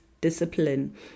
discipline